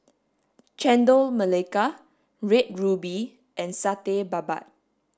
Chendol Melaka Red Ruby and Satay Babat